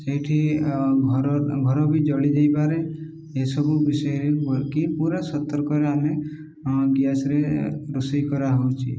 ସେଇଠି ଘର ଘର ବି ଜଳି ଯାଇପାରେ ଏସବୁ ବିଷୟରେକି ପୁରା ସତର୍କରେ ଆମେ ଗ୍ୟାସରେ ରୋଷେଇ କରାହଉଛି